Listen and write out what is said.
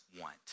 want